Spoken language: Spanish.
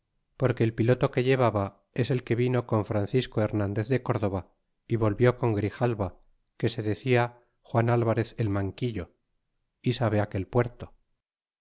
porque el piloto que llevaba es el que vino con francisco hernandez de córdova y volvió con grijalva que se decia juan alvarez el manguillo y sabe aquel puerto